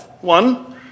One